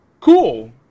Cool